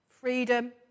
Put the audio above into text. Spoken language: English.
Freedom